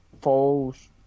falls